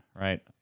right